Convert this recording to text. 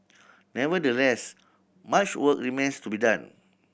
nevertheless much work remains to be done